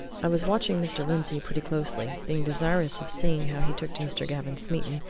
i was watching mr. lindsey pretty closely, being desirous of seeing how he took to mr. gavin smeaton,